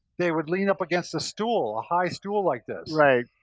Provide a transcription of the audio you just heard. they would lean up against a stool, a high stool like this. right,